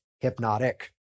hypnotic